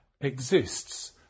exists